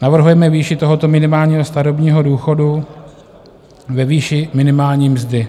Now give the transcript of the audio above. Navrhujeme výši tohoto minimálního starobního důchodu ve výši minimální mzdy.